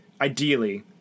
ideally